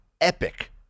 epic